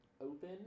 Open